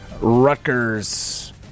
Rutgers